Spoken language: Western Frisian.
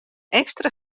ekstra